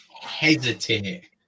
hesitate